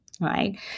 Right